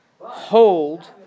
Hold